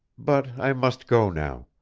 but i must go now.